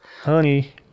honey